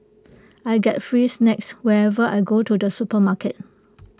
I get free snacks whenever I go to the supermarket